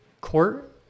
Court